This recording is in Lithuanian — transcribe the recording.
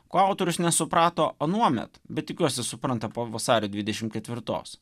ko autorius nesuprato anuomet bet tikiuosi supranta po vasario dvidešim ketvirtos